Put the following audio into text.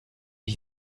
wie